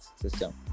system